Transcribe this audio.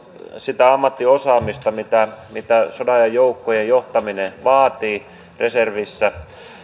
sitä ammattiosaamista mitä mitä sodanajan joukkojen johtaminen vaatii reservissä